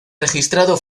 registrado